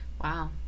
Wow